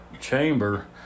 Chamber